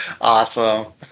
Awesome